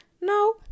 No